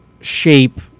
shape